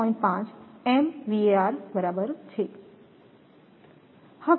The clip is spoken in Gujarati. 5 MVAr બરાબર છે